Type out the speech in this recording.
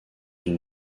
une